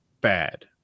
bad